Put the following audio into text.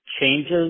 changes